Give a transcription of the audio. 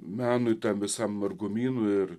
menui tam visam margumynui ir